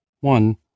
One